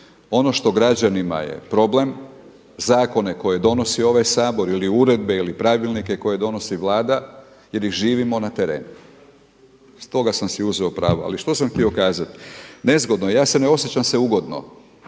ono što građanima je problem, zakone koje donosi ovaj Sabor ili uredbe ili pravilnike koje donosi Vlada jer ih živimo na terenu. S toga sam si uzeo pravo. Ali što sam htio kazati? Nezgodno, ja se ne osjećam se ugodno,